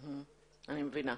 אני מבינה.